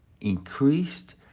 increased